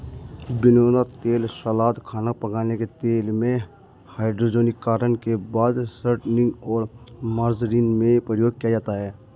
बिनौला तेल सलाद, खाना पकाने के तेल में, हाइड्रोजनीकरण के बाद शॉर्टनिंग और मार्जरीन में प्रयोग किया जाता है